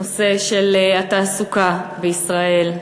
בנושא של התעסוקה בישראל,